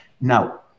Now